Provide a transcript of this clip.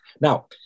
Now